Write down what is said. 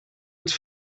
het